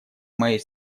моей